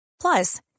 Plus